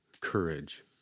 courage